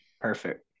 Perfect